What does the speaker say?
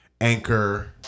Anchor